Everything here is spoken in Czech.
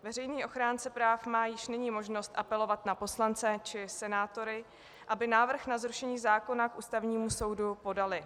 Veřejný ochránce práv má již nyní možnost apelovat na poslance či senátory, aby návrh na zrušení zákona k Ústavnímu soudu podali.